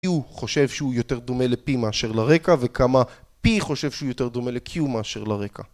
Q חושב שהוא יותר דומה ל-P מאשר לרקע וכמה P חושב שהוא יותר דומה ל-Q מאשר לרקע.